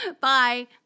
Bye